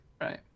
right